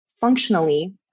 functionally